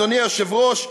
אדוני היושב-ראש,